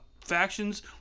factions